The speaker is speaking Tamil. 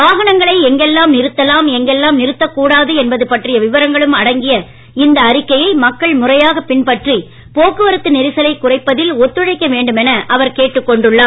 வாகனங்களை எங்கெல்லாம் நிறுத்தலாம் எங்கெல்லாம் நிறுத்தக் கூடாது என்பது பற்றிய விவரங்களும் அடங்கிய இந்த அறிக்கையை மக்கள் முறையாகப் பின்பற்றி போக்குவரத்து நெரிசலைக் குறைப்பதில் ஒத்துழைக்க வேண்டும் என அவர் கேட்டுக் கொண்டுள்ளார்